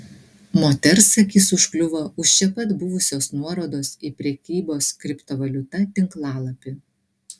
moters akis užkliuvo už čia pat buvusios nuorodos į prekybos kriptovaliuta tinklalapį